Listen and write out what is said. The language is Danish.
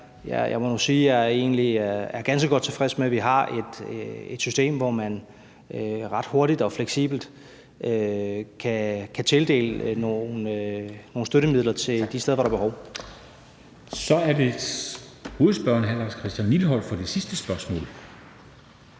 Jeg må nu sige, at jeg egentlig er ganske godt tilfreds med, at vi har et system, hvor man ret hurtigt og fleksibelt kan tildele nogle støttemidler til de steder, hvor der er behov. Kl. 13:16 Formanden (Henrik Dam Kristensen): Tak. Så er det hovedspørgeren,